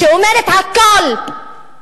שאומרת הכול?